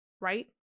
Right